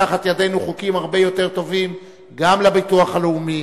שאנחנו מוציאים מתחת ידינו חוקים הרבה יותר טובים גם לביטוח הלאומי,